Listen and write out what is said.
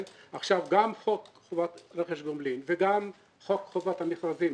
גם חוק חובת רכש גומלין וגם חוק חובת המכרזים,